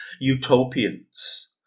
utopians